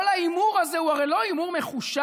כל ההימור הזה הוא הרי לא הימור מחושב,